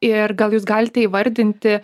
ir gal jūs galite įvardinti